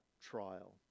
trial